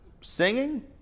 Singing